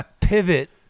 pivot